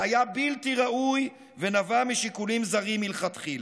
שהיה בלתי ראוי ונבע משיקולים זרים מלכתחילה.